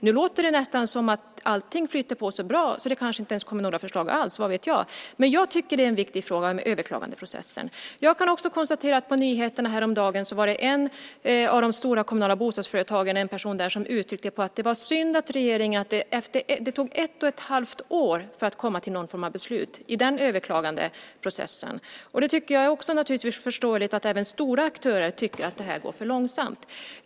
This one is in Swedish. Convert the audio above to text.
Nu låter det nästan som att allting flyter på så bra att det kanske inte ens kommer några förslag alls. Vad vet jag? Men jag tycker att överklagandeprocessen är en viktig fråga. Jag kan också konstatera att det på nyheterna häromdagen var en person på ett av de stora kommunala bostadsföretagen som uttryckte att det var synd att det tog ett och ett halvt år att komma till någon form av beslut i den överklagandeprocessen. Jag tycker naturligtvis att det är förståeligt att även stora aktörer tycker att det här går för långsamt.